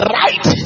right